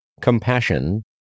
compassion